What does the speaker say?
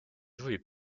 juhib